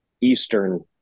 eastern